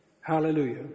Hallelujah